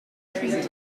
treaty